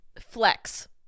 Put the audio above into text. flex